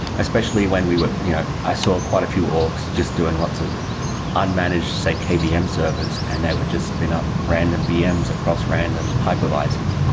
especially when we were you know i saw quite a few orgs just doing lots of unmanaged, say kvm servers and they would just spin up random vms across random hypervisors.